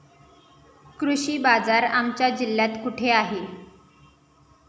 कृषी बाजार आमच्या जिल्ह्यात कुठे आहे?